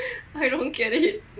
I don't get it